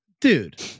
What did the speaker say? dude